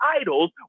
idols